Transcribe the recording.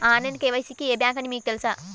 Online KYC కి ఏ bank అని మీకు తెలుసా?